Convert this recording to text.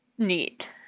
neat